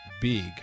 big